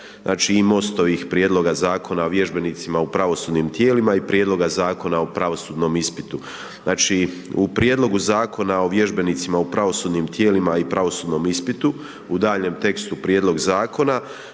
znači i MOST-ovih Prijedloga Zakona o vježbenicima u pravosudnim tijelima i Prijedloga Zakona o pravosudnom ispitu. Znači, u Prijedlogu Zakona o vježbenicima u pravosudnim tijelima i pravosudnom ispitu u daljnjem tekstu prijedlog zakona,